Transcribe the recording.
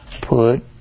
put